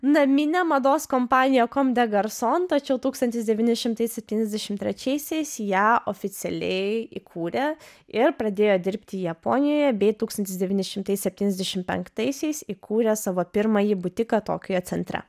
naminė mados kompanija kom de garson tačiau tūkstantis devyni šimtai septyniasdešimt trečiaisiais ją oficialiai įkūrė ir pradėjo dirbti japonijoje bei devyni šimtai septyniasdešimt penktaisiais įkūrė savo pirmąjį butiką tokijo centre